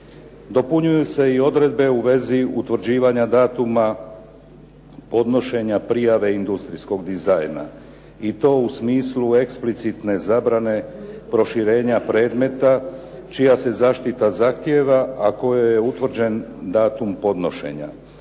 Dopunjuju se i odredbe u vezi utvrđivanja datuma podnošenja prijave industrijskog dizajna i to u smislu eksplicitne zabrane proširenja predmeta čija se zaštita zahtijeva, a kojoj je utvrđen datum podnošenja